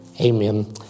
Amen